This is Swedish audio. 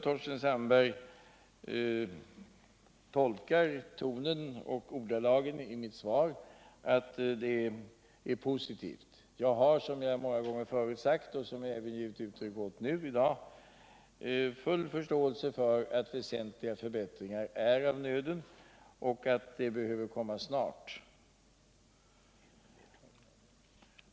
Torsten Sandbergs tolkning av tonen och ordalagen i mitt svar är riktig; svaret är positivt. Som jag många gånger tidigare sagt och givit uttryck åt även i dag är jag fullt på det klara med att väsentliga förbättringar är av nöden och att dessa behöver komma snart.